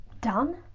done